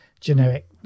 generic